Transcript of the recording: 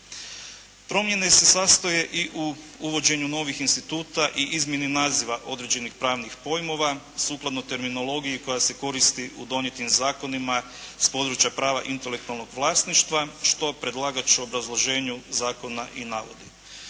Promjene se sastoje i u uvođenju novih instituta i izmjeni naziva određenih pravnih pojmova sukladno terminologiji koja se koristi u donijetim zakonima s područja prava intelektualnog vlasništva što predlagač u obrazloženju zakona i navodi.